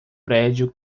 prédio